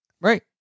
Right